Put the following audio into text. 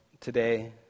today